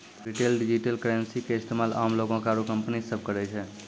retail digital currency के इस्तेमाल आम लोग आरू कंपनी सब करै छै